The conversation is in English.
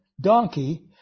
donkey